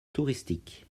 touristique